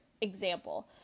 example